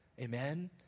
Amen